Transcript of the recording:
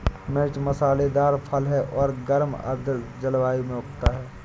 मिर्च मसालेदार फल है और गर्म आर्द्र जलवायु में उगता है